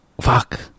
fuck